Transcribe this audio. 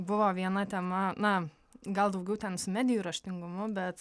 buvo viena tema na gal daugiau ten su medijų raštingumu bet